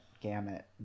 gamut